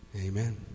amen